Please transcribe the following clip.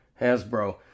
Hasbro